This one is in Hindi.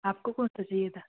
आपको कौन सा चाहिए था